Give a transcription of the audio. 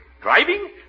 Driving